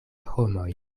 homoj